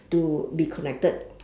to be connected